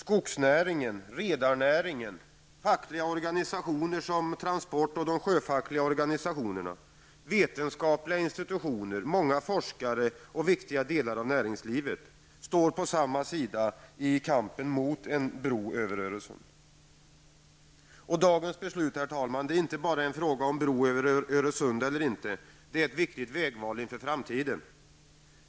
Skogsnäringen, redarnäringen, fackliga organisationer, som Transport och de sjöfackliga organisationerna, vetenskapliga institutioner, många forskare och viktiga delar av näringslivet står på samma sida i kampen mot en bro över Öresund. Dagens beslut är inte bara en fråga om bro över Öresund eller inte. Det är ett viktigt vägval inför framtiden.